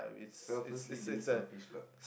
selflessly being selfish lah